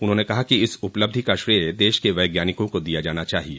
उन्होंने कहा कि इस उपलब्धि का श्रेय देश के वैज्ञानिकों को दिया जाना चाहिए